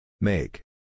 Make